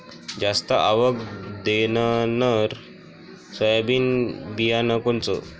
जास्त आवक देणनरं सोयाबीन बियानं कोनचं?